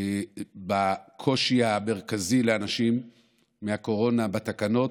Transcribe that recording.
הקושי המרכזי לאנשים מהקורונה בתקנות,